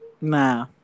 Nah